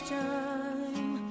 time